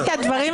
היא ביקשה.